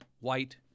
white